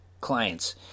clients